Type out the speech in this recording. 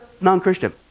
non-Christian